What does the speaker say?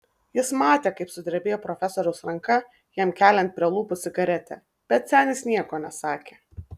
jis matė kaip sudrebėjo profesoriaus ranka jam keliant prie lūpų cigaretę bet senis nieko nesakė